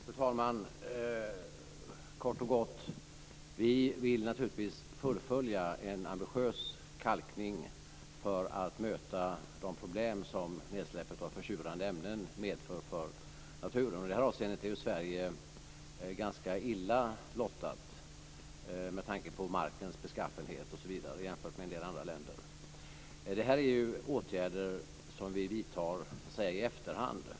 Fru talman! Kort och gott: Vi vill naturligtvis fullfölja en ambitiös kalkning för att möta de problem som nedsläpp av försurande ämnen medför för naturen. I detta avseende är Sverige mindre lyckligt lottat, med tanke på markens beskaffenhet osv., jämfört med en del andra länder. Detta är åtgärder som vi vidtar i efterhand.